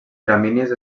gramínies